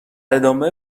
ادامه